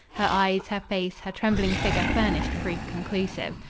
her eyes, her face, her trembling figure furnished proof conclusive.